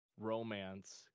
romance